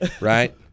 right